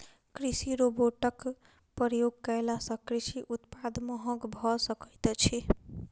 कृषि रोबोटक प्रयोग कयला सॅ कृषि उत्पाद महग भ सकैत अछि